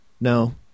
no